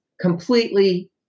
completely